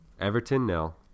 Everton-nil